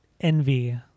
envy